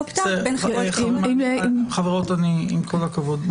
opt outבין חברות --- עם כל הכבוד,